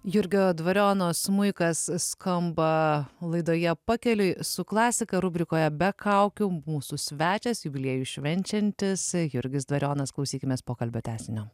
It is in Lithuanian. jurgio dvariono smuikas skamba laidoje pakeliui su klasika rubrikoje be kaukių mūsų svečias jubiliejų švenčiantis jurgis dvarionas klausykimės pokalbio tęsinio